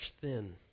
thin